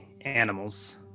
animals